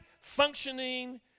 functioning